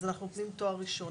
אנחנו תואר ראשון.